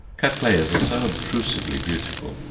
cattleyas are so obtrusively beautiful,